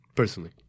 Personally